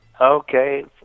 Okay